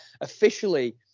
officially